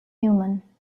human